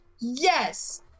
yes